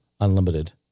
Unlimited